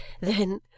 Then